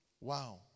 Wow